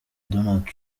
donald